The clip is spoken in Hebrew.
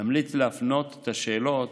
נמליץ להפנות את השאלות